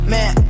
Man